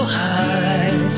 high